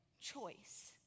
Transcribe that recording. choice